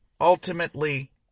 Ultimately